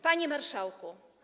Panie Marszałku!